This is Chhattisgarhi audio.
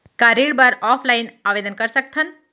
का ऋण बर ऑफलाइन आवेदन कर सकथन?